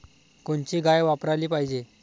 कोनची गाय वापराली पाहिजे?